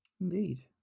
Indeed